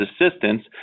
assistance